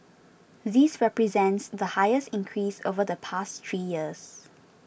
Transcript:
this represents the highest increase over the past three years